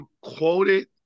quoted